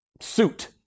suit